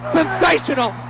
sensational